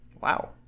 Wow